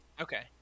Okay